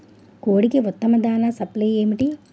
కోడికి ఉత్తమ దాణ సప్లై ఏమిటి?